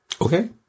Okay